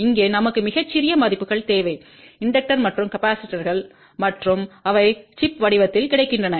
இங்கே நமக்கு மிகச் சிறிய மதிப்புகள் தேவை இண்டக்டர் மற்றும் கெபாசிடர்கள் மற்றும் அவை சிப் வடிவத்தில் கிடைக்கின்றன